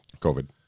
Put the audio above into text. COVID